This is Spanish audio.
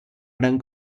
gran